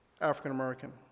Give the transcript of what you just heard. African-American